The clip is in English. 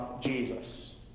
Jesus